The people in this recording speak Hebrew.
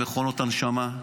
שלח אותי בית החולים ליד שרה.